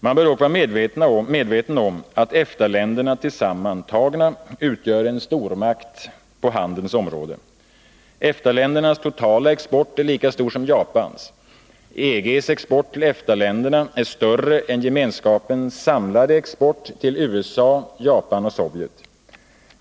Man bör dock vara medveten om att EFTA-länderna tillsammans utgör en stormakt på handelns område. EFTA-ländernas totala export är lika stor som Japans. EG:s export till EFTA-länderna är större än Gemenskapens samlade export till USA, Japan och Sovjet.